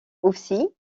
aussi